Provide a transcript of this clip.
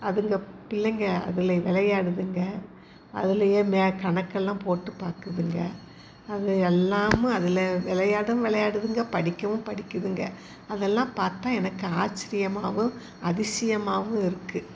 அதுங்க பிள்ளைங்கள் அதில் விளையாடுதுங்க அதிலயே மே கணக்கெல்லாம் போட்டு பார்க்குதுங்க அது எல்லாமும் அதில் விளையாட்டும் விளையாடுதுங்க படிக்கவும் படிக்கிதுங்க அதெல்லாம் பார்த்தா எனக்கு ஆச்சரியமாவும் அதிசயமாவும் இருக்குது